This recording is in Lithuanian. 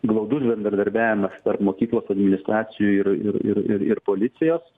glaudus bendradarbiavimas tarp mokyklos administracijų ir ir ir ir ir policijos